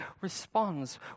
responds